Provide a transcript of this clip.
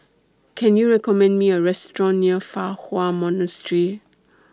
Can YOU recommend Me A Restaurant near Fa Hua Monastery